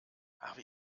habe